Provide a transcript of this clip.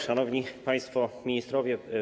Szanowni Państwo Ministrowie!